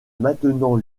maintenant